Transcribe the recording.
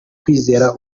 kwizera